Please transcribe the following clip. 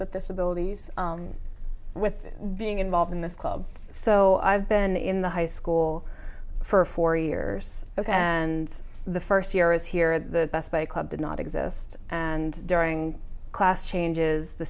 this abilities with being involved in this club so i've been in the high school for four years ok and the first year is here the best bike club did not exist and during class changes the